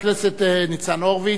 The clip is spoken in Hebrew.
חבר הכנסת ניצן הורוביץ.